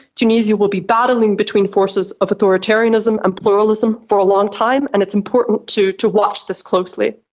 tunisia will be battling between forces of authoritarianism and pluralism for a long time, and it's important to to watch this closely.